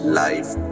life